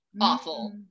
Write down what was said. awful